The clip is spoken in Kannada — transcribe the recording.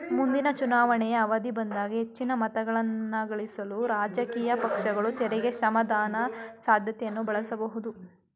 ಮುಂದಿನ ಚುನಾವಣೆಯ ಅವಧಿ ಬಂದಾಗ ಹೆಚ್ಚಿನ ಮತಗಳನ್ನಗಳಿಸಲು ರಾಜಕೀಯ ಪಕ್ಷಗಳು ತೆರಿಗೆ ಕ್ಷಮಾದಾನದ ಸಾಧ್ಯತೆಯನ್ನ ಬಳಸಬಹುದು